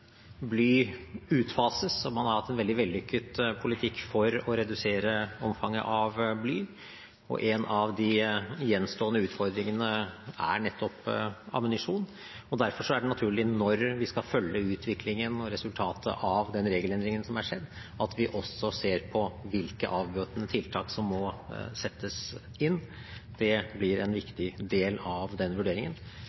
bly utfases, og man har hatt en veldig vellykket politikk for å redusere omfanget av bly. En av de gjenstående utfordringene er nettopp ammunisjon. Derfor er det naturlig, når vi skal følge utviklingen og ser resultatet av den regelendringen som har skjedd, at vi også ser på hvilke avbøtende tiltak som må settes inn. Det blir en